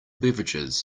beverages